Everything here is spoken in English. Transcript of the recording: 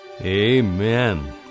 Amen